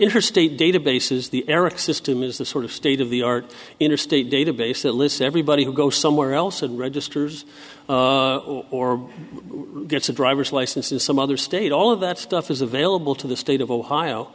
interstate databases the eric system is the sort of state of the art interstate database that list everybody who go somewhere else and registers or gets a driver's license in some other state all of that stuff is available to the state of